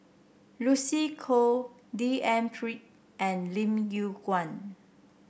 Lucy Koh D N Pritt and Lim Yew Kuan